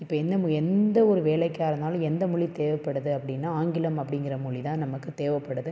இப்போ எந்த எந்த ஒரு வேலைக்காக இருந்தாலும் எந்த மொழி தேவைப்படுது அப்படின்னா ஆங்கிலம் அப்படிங்கிற மொழி தான் நமக்கு தேவைப்படுது